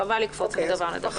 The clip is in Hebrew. חבל לקפוץ מדבר לדבר.